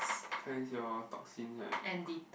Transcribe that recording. cleanse your toxins right